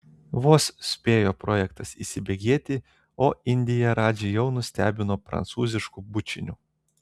vos spėjo projektas įsibėgėti o indija radžį jau nustebino prancūzišku bučiniu